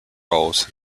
roles